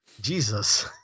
Jesus